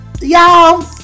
y'all